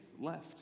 left